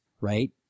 right